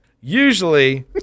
Usually